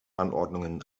anordnungen